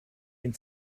ihn